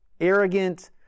arrogant